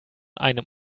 einem